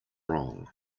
wrong